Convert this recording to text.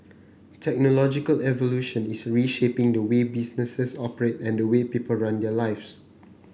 technological evolution is reshaping the way businesses operate and the way people run their lives